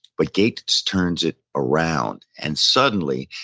but gates turns it around and, suddenly,